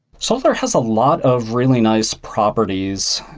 solar has a lot of really nice properties,